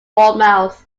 bournemouth